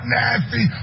nasty